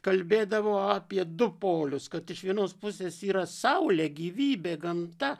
kalbėdavo apie du polius kad iš vienos pusės yra saulė gyvybė gamta